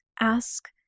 Ask